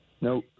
no